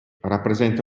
rappresenta